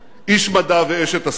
איש מדע ואשת עסקים,